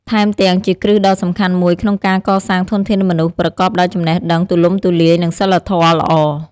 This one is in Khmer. ថែមទាំង ជាគ្រឹះដ៏សំខាន់មួយក្នុងការកសាងធនធានមនុស្សប្រកបដោយចំណេះដឹងទូលំទូលាយ និងសីលធម៌ល្អ។